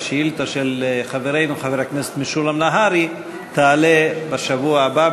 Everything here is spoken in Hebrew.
השאילתה של חברנו חבר הכנסת משולם נהרי תעלה בשבוע הבא,